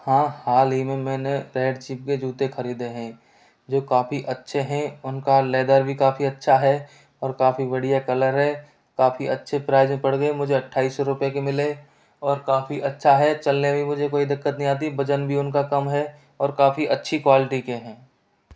हाँ हालही में मैंने रेड चीफ़ के जुते ख़रीदे हैं जो काफ़ी अच्छे हैं उनका लेदर भी काफ़ी अच्छा है और काफ़ी बढ़िया कलर है काफ़ी अच्छे प्राइज़ में पड़ गए मुझे अठाईस सौ रूपये के मिले और काफ़ी अच्छा है चलने में भी मुझे कोई दिक्कत नहीं आती वजन भी उनका कम है और काफ़ी अच्छी क्वालिटी के हैं